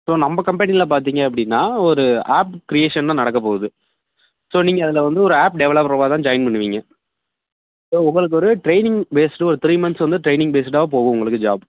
so நம்ம கம்பெனியில பார்த்திங்க அப்படின்னா ஒரு ஆப் க்ரியேஷன் தான் நடக்கப் போகுது ஸோ நீங்கள் அதில் வந்து ஒரு ஆப் டெவலப்பராக தான் ஜாயின் பண்ணுவீங்கள் ஸோ உங்களுக்கு ஒரு ட்ரெயினிங் பேஸ்டு ஒரு த்ரீ மந்த்ஸ் வந்து ட்ரெயினிங் பேஸ்டுடா போகும் உங்களுக்கு ஜாப்